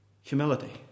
Humility